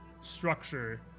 structure